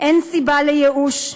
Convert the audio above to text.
אין סיבה לייאוש,